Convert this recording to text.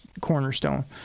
cornerstone